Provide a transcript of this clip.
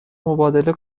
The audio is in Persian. مبادله